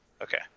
Okay